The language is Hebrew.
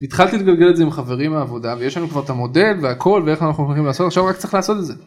התחלתי לגלגל את זה עם חברים מהעבודה ויש לנו כבר את המודל והכל ואיך אנחנו הולכים לעשות עכשיו רק צריך לעשות את זה.